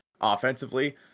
offensively